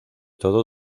todo